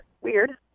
weird